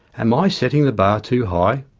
am i setting the bar too high?